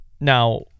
Now